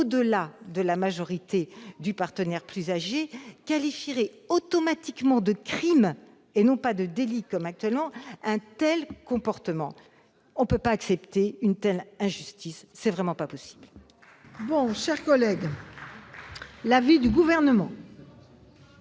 au-delà de la majorité du partenaire le plus âgé qualifierait automatiquement de crime, et non pas de délit comme actuellement, un tel comportement. On ne peut pas prendre le risque d'une telle injustice. Ce n'est vraiment pas possible ! Quel est l'avis du Gouvernement